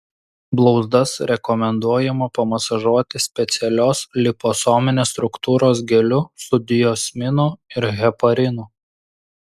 blauzdas rekomenduojama pamasažuoti specialios liposominės struktūros geliu su diosminu ir heparinu